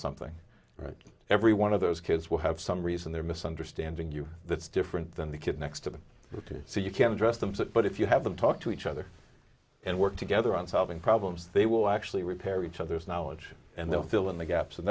something right every one of those kids will have some reason they're misunderstanding you that's different than the kid next to them so you can address them sort but if you have them talk to each other and work together on solving problems they will actually repair each other's knowledge and they'll fill in the gaps and